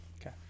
Okay